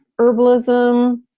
herbalism